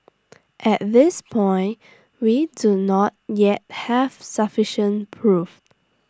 at this point we do not yet have sufficient proof